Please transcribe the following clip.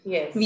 Yes